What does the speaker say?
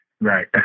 Right